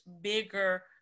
bigger